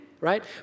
right